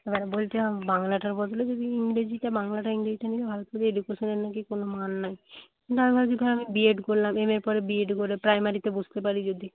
এবারে বলছে বাংলাটার বদলে যদি ইংরেজিটা বাংলাটা ইংরেজিটা নিলে ভালো হত এডুকেশনের নাকি কোনো মান নেই কিন্তু আমি ভাবছি আমি বিএড করলাম এমএর পর বিএড করলাম প্রাইমারিতে বসতে পারি যদি